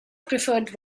preferred